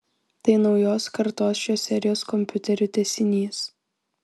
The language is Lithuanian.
tai naujos kartos šios serijos kompiuterių tęsinys